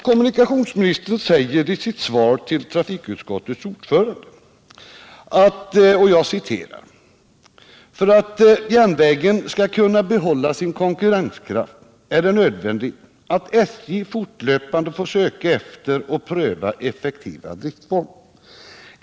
Kommunikationsministern säger i sitt svar till trafikutskottets ordförande bl.a. följande: ”För att järnvägen skall kunna behålla sin konkurrenskraft är det nödvändigt att SJ fortlöpande får söka efter och pröva effektivare driftformer.